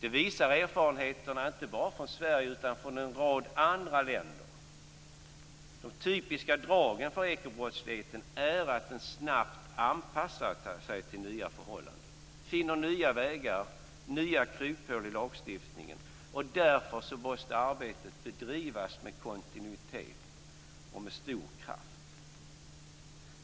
Det visar erfarenheterna inte bara från Sverige utan från en rad andra länder. De typiska dragen för ekobrottsligheten är att den snabbt anpassar sig till nya förhållanden, finner nya vägar, nya kryphål i lagstiftningen, och därför måste arbetet bedrivas med kontinuitet och stor kraft.